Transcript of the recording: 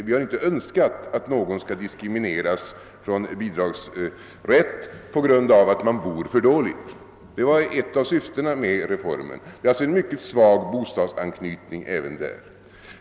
Vi har inte önskat att någon skall diskrimineras när det gäller bidragsrätten på grund av att han bor för dåligt. Det var ett av syftena med reformen. Det är alltså en mycket svag bostadsanknytning även där.